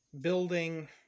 building